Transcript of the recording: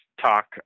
talk